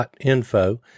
info